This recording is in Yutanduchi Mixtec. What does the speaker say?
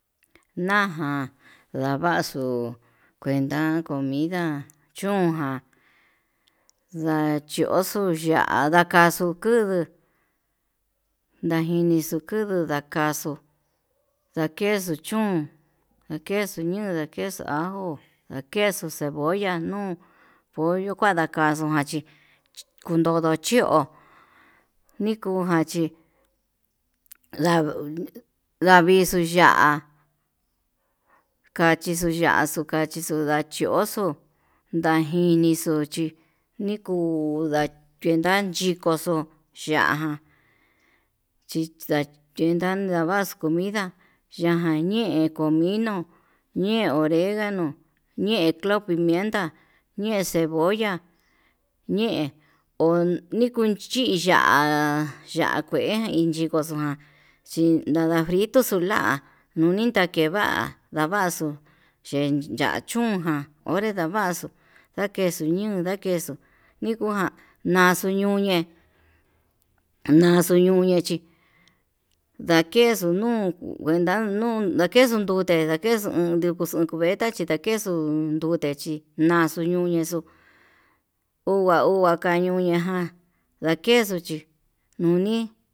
Naján ndavaxu kuenta comida, chón jan ndachoxo ya'a ndakanxu kuu ndakinixu kundu ndakaxuu ndakexu chón ndakexu ñuu ndakexu ajo, ndakexu cebolla nuu pollo kua ndakaxu chí kundodo chio nikuján chí lau lau lavixuu ya'á kachixu ya'á xuu kachixuu ndachioso ndajinixu chí nikuu ndakuneda yikoxu ya'á ján chi nakuenda ndavaxu comida naján ñi'i comino ñi'i oregano ñe clavo pimienta ñi cebolla ñe ñe nikon kui ya'á, ya'á kuen iin yiko xua chi nada frito xula'a nunin ndakeva'a ndavaxu xin yan chún ján onré ndavaxu ndakexuu ñuu ndakexuu nikuan ndaxuu ñuñe naxuu ñuñe chí ndakexuu nuu ndeda nuu ndakexu nute, ndakexu kexu uun cubeta chi ndakexu ndute chí naxu ñunexo ongua ongua nakañuen ñaján ndakexuu chí nuni.